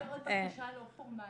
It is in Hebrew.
יש לי עוד בקשה לא פורמאלית.